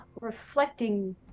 reflecting